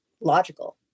logical